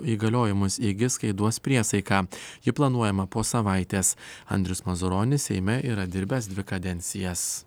įgaliojimus įgis kai duos priesaiką jį planuojama po savaitės andrius mazuronis seime yra dirbęs dvi kadencijas